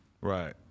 Right